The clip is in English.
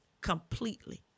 Completely